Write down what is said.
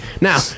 Now